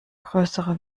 größere